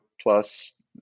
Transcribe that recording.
plus